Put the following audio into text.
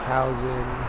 Housing